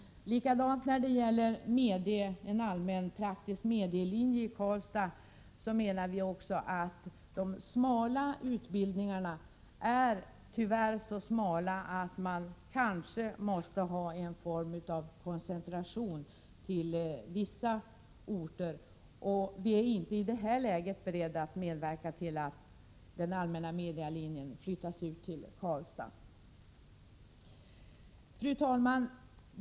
Samma sak gäller en allmänpraktisk medielinje i Karlstad. Vi menar att de smala utbildningarna tyvärr är så smala att man kanske måste ha en form av koncentration till vissa orter. Vi är inte i det här läget beredda att medverka till att den allmänna medielinjen flyttas ut till Karlstad. Fru talman!